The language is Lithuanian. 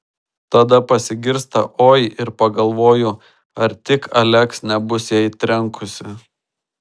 tada pasigirsta oi ir pagalvoju ar tik aleks nebus jai trenkusi